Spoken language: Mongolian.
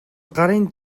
гарын